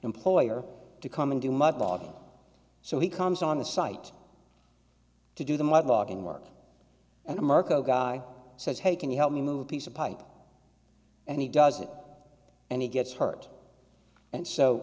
employer to come into mud logging so he comes on the site to do the mud logging work and mirko guy says hey can you help me move piece of pipe and he does it and he gets hurt and so